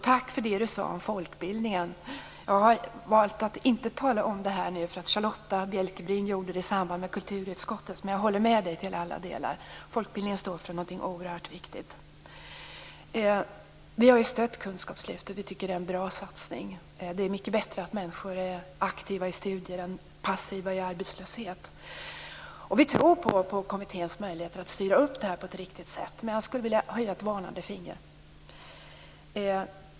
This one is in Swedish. Tack för det du sade om folkbildningen! Jag har valt att inte tala om det nu, eftersom Charlotta Bjälkebring gjorde det i samband med att kulturutskottets betänkande behandlades. Men jag håller med dig i alla delar. Folkbildningen står för något oerhört viktig. Vi har stött kunskapslyftet. Vi tycker att det är en bra satsning. Det är mycket bättre att människor är aktiva i studier än passiva i arbetslöshet. Vi tror på kommitténs möjligheter att styra detta på ett riktigt sätt. Men jag skulle vilja höja ett varnande finger.